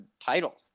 title